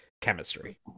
chemistry